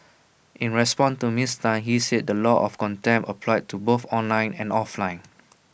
in response to miss Tan he said the law of contempt applied to both online and offline